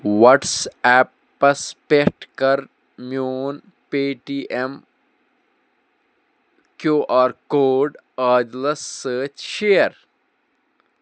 واٹس ایپَس پٮ۪ٹھ کَر میون Paytm Q R code عادِلس سۭتی شیر